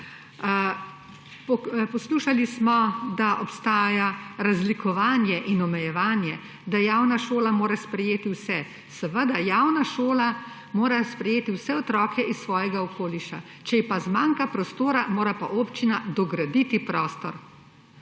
Poslušali smo, da obstaja razlikovanje in omejevanje, da javna šola mora sprejeti vse. Seveda, javna šola mora sprejeti vse otroke iz svojega okoliša, če ji pa zmanjka prostora, mora pa občina dograditi prostor.